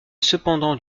cependant